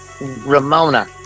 Ramona